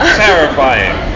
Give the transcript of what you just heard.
terrifying